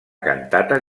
cantata